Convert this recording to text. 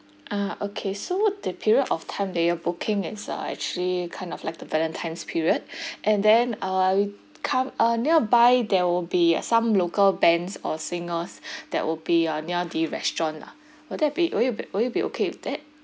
ah okay so the period of time that you're booking is uh actually kind of like the valentine's period and then uh come are nearby there will be some local bands or singers that will be uh near the restaurant lah will that be will you will you be okay with that